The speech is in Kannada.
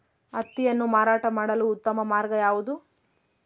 ಹತ್ತಿಯನ್ನು ಮಾರಾಟ ಮಾಡಲು ಉತ್ತಮ ಮಾರ್ಗ ಯಾವುದು?